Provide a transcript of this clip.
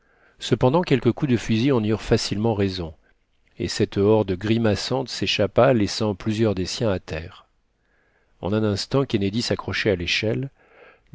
cependant quelques coups de fusil en eurent facilement raison et cette horde grimaçante s'échappa laissant plusieurs des siens à terre en un instant kennedy s'accrochait à l'échelle